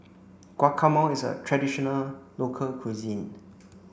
Guacamole is a traditional local cuisine